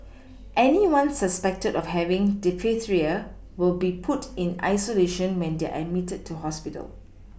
anyone suspected of having diphtheria will be put in isolation when they are admitted to hospital